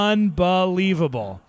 Unbelievable